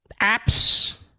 apps